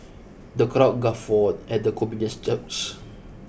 the crowd guffawed at the comedian's jokes